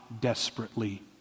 desperately